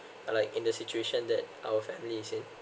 uh like in the situation that our family is in